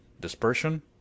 Dispersion